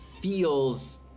feels